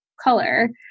color